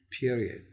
period